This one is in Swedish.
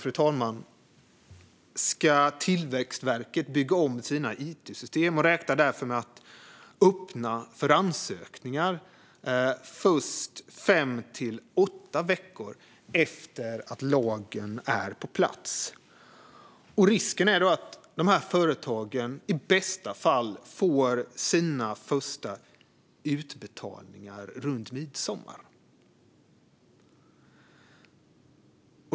Dessutom ska Tillväxtverket bygga om sina it-system och räknar därför med att öppna för ansökningar först fem till åtta veckor efter att lagen är på plats. Risken är att företagen i bästa fall får sina första utbetalningar runt midsommar.